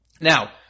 Now